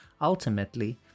ultimately